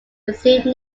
received